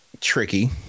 tricky